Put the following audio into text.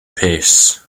pace